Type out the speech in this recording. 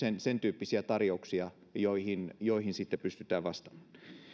sen tyyppisiä tarjouksia joihin joihin sitten pystytään vastaamaan